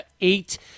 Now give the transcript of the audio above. eight